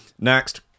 next